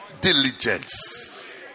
Diligence